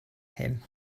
him